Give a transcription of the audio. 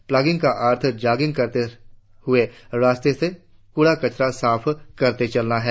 plogging का अर्थ jogging करते हुए रास्ते से कूड़ा कचरा साफ करते चलना है